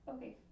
Okay